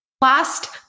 Last